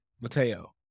Mateo